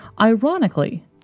Ironically